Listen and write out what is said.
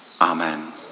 Amen